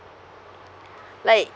like